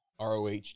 ROH